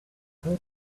heard